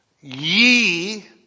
ye